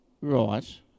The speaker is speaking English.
Right